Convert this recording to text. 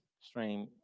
stream